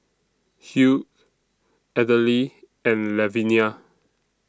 Hugh Adele and Lavinia